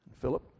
Philip